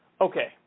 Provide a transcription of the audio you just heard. Okay